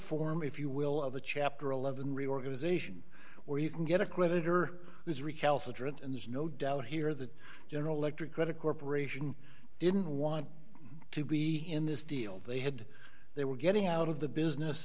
form if you will of a chapter eleven reorganization where you can get a creditor who's recalcitrant and there's no doubt here that general electric credit corporation didn't want to be in this deal they had they were getting out of the business